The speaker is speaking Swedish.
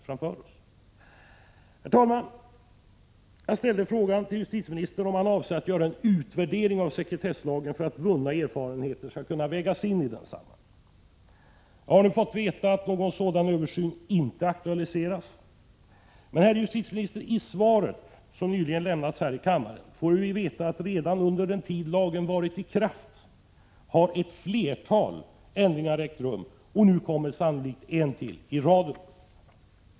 Frågan i min interpellation till justitieministern var om han avser att göra en utvärdering av sekretesslagen för att vunna erfarenheter skall kunna vägas in i detta sammanhang. Jag har nu fått veta att någon sådan översyn inte aktualiseras. Men, herr justitieminister, i svaret som nyligen lämnats här har kammaren fått veta att redan under den tid som lagen varit i kraft har ett flertal ändringar ägt rum, och nu kommer sannolikt ännu en i raden.